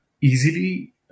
easily